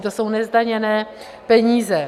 To jsou nezdaněné peníze.